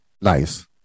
nice